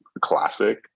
classic